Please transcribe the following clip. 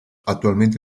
attualmente